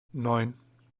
neun